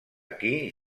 aquí